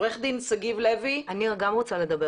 עו"ד שגיב לוי, אתה עוסק שנים בנושא.